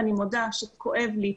ואני מודה שכואב לי,